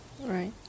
Right